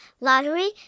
Lottery